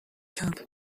کمپ